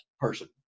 person